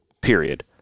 period